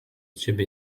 ciebie